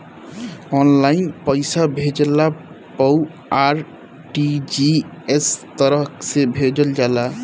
online पईसा भेजला पअ आर.टी.जी.एस तरह से भेजल जाला